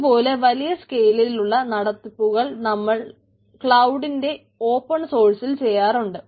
ഇതുപോലെത്തെ വലിയ സ്കെയിലിൽ ഉള്ള നടത്തിപ്പുകൾ നമ്മൾ ക്ലൌഡിന്റെ ഓപ്പൺ സോഴ്സ്സിൽ ചെയ്യാറുണ്ട്